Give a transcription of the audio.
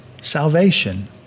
salvation